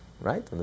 Right